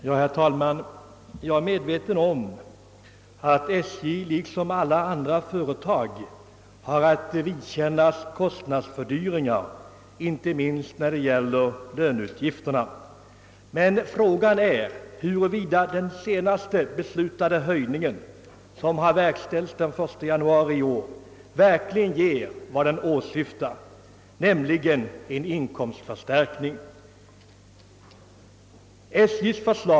Herr talman! Jag är medveten om att SJ liksom alla andra företag har att vidkännas kostnadsfördyringar, inte minst när det gäller löneutgifterna. Fråga är emellertid om den senast beslutade taxehöjningen, som verkställdes den 1 januari i år, verkligen ger den inkomstförstärkning som åsyftats.